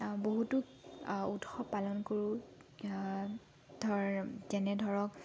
বহুতো উৎসৱ পালন কৰোঁ ধৰ যেনে ধৰক